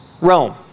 Rome